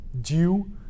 due